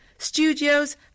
Studios